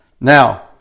Now